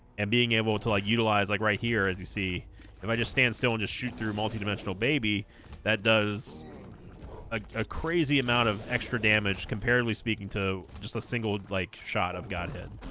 and being able to like utilize like right here as you see if i just stand still and just shoot through multi dimensional baby that does a crazy amount of extra damage compared lee speaking to just a single like shot of godhead